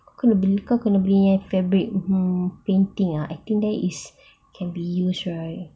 kau kena beli kau kena beli yang fabric mm painting ah I think that is can be used right